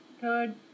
third